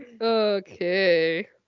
Okay